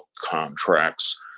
contracts